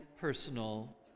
personal